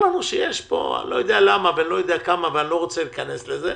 שיש פה אני לא יודע למה ואני לא יודע כמה ואני לא רוצה להיכנס לזה